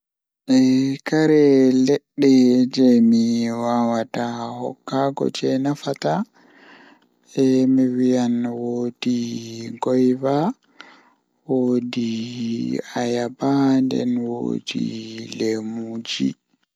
Huunde Haa hilnaare jei meeɗi fe'ugo bee am Nde mi waɗi ɗum, ko ɗum waɗi goɗɗum ngal sabu mi ngoni njiɗi ko ndaarnde e yimɓe. O waɗi fi ko mi njogii sabu waɗde ngoodi ngal mi ɗum wallita no waawugol.